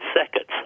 seconds